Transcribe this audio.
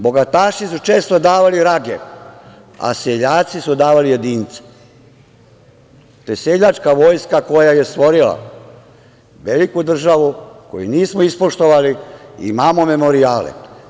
Bogataši su često davali rage, a seljaci su davali jedince, te seljačka vojska koja je stvorila veliku državu, koju nismo ispoštovali, imamo memorijale.